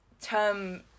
term